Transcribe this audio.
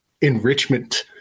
enrichment